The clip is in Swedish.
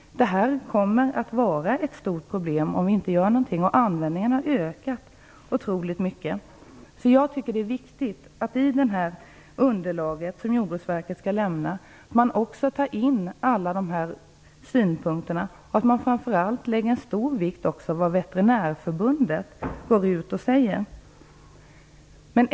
Detta kommer att bli ett stort problem om vi inte gör någonting. Användningen har ökat otroligt mycket. Därför tycker jag att det är viktigt att man i det underlag som Jordbruksverket skall lämna också tar in alla dessa synpunkter och att man framför allt också fäster stor vikt vid vad Veterinärförbundet säger.